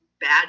bad